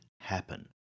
happen